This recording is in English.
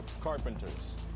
carpenters